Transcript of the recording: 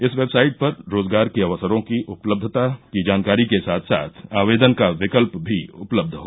इस वेबसाइट पर रोजगार के अवसरों की उपलब्धता की जानकारी के साथ साथ आवेदन का विकल्प भी उपलब्ध हो